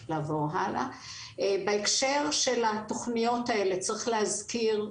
בהקשר של התוכניות האלה צריך להזכיר,